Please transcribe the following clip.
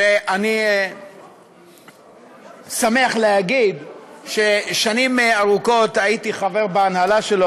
שאני שמח להגיד ששנים ארוכות הייתי חבר בהנהלה שלו,